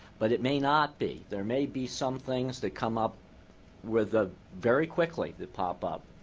but it may not be. there may be some things that come up with a very quickly that pop up,